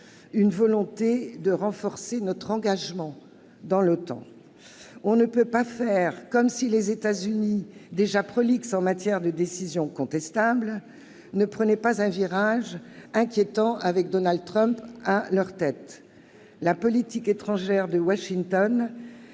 une volonté de renforcer notre engagement dans l'OTAN. On ne peut pas faire comme si les États-Unis, déjà prolixes en matière de décisions contestables, ne prenaient pas un virage inquiétant avec Donald Trump à leur tête. La politique étrangère de Washington